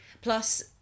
Plus